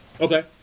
Okay